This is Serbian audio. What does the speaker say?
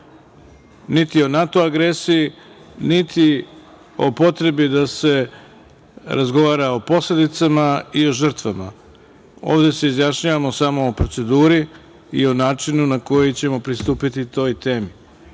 niti o NATO agresiji, niti o potrebi da se razgovara o posledicama i o žrtvama. Ovde se izjašnjavamo samo o proceduri i o načinu na koji ćemo pristupiti toj